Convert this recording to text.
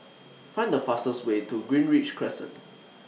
Find The fastest Way to Greenridge Crescent